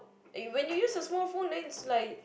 when you use a small phone then it's like